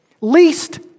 Least